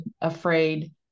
afraid